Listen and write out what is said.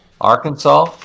Arkansas